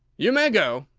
you may go,